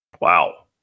Wow